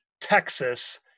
Texas